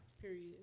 Period